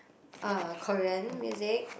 uh Korean music